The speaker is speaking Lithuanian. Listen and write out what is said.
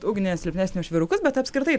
ugnę silpnesnę už vyrukus bet apskritai